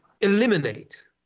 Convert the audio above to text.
eliminate